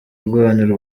rwanyu